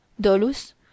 dolus